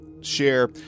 Share